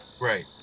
right